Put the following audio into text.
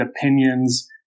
opinions